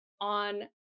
on